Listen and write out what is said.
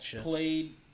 played